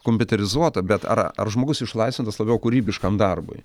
kompiuterizuota bet ar ar žmogus išlaisvintas labiau kūrybiškam darbui